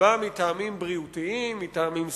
שבאה מטעמים בריאותיים, מטעמים סביבתיים,